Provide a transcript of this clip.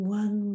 one